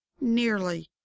nearly